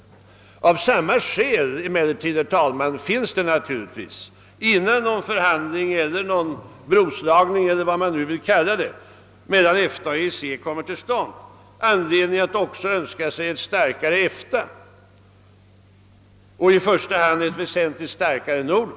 Av samma skäl finns det emellertid, innan någon förhandling eller någon broslagning eller vad man nu vill kalla det mellan EFTA och EEC kommer till stånd, all anledning att önska sig ett starkare EFTA och — i första hand — ett väsentligt starkare Norden.